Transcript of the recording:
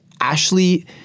Ashley